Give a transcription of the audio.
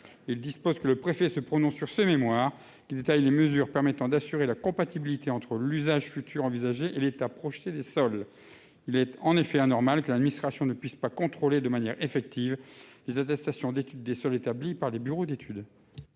Le représentant de l'État se prononce sur ce mémoire, qui détaille les mesures permettant d'assurer la compatibilité entre l'usage futur et l'état projeté des sols. Il est en effet anormal que l'administration ne puisse contrôler de manière effective les attestations d'études des sols établies par les bureaux d'études.